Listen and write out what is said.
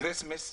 כריסמס,